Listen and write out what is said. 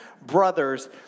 brothers